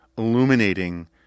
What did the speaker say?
illuminating